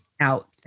out